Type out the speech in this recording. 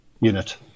unit